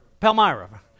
Palmyra